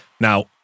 Now